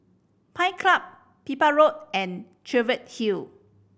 Pines Club Pipit Road and Cheviot Hill